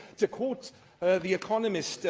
to quote the economist